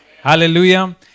Hallelujah